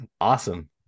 Awesome